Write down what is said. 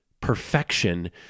perfection